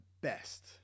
best